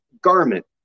garment